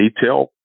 detail